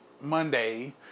Monday